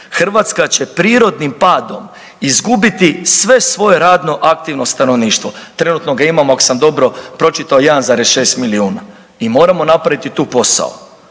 Hrvatska će prirodnim padom izgubiti sve svoje radno aktivno stanovništvo, trenutno ga imamo ako sam dobro pročitao 1,6 milijuna i moramo napraviti tu posao.